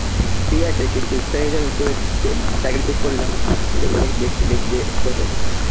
ঠিক আছে কেকটা এক্সপায়ার হয়ে গেছে আমি হুট করে কে প্যাকেটটা চেক করলাম কেকটা দেখি ডেট ডেট ডেট এক্সপায়ার হয়ে গেছে